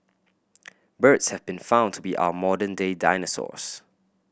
birds have been found to be our modern day dinosaurs